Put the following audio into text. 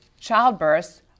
childbirths